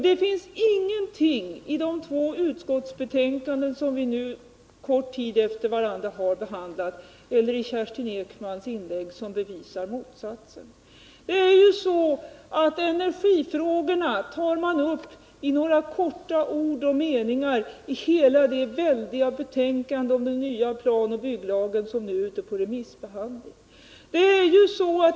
Det finns ingenting i de två utskottsbetänkanden som vi nu kort tid efter varandra har behandlat eller i Kerstin Ekmans inlägg som bevisar motsatsen. Energifrågorna tas upp i några korta meningar i det väldiga betänkande om den nya planoch bygglagen som nu är ute på remissbehandling.